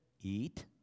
eat